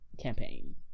campaign